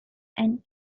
and